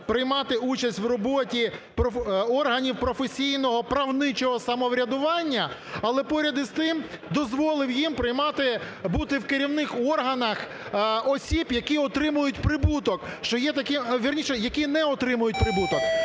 приймати участь в роботі органів професійного, правничого самоврядування, але, поряд із тим, дозволив їм приймати, бути в керівних органах осіб, які отримують прибуток, вірніше, які не отримують прибуток,